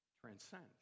Transcend